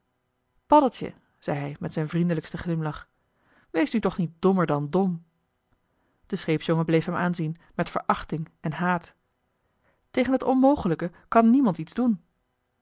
zei hij met zijn vriendelijksten glimlach wees nu toch niet dommer dan dom de scheepsjongen bleef hem aanzien met verachting en haat tegen t onmogelijke kan niemand iets doen